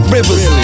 Rivers